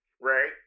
right